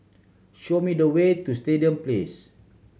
show me the way to Stadium Place